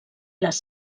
les